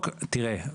תראה,